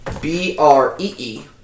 B-R-E-E